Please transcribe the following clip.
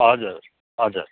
हजुर हजुर